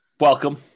Welcome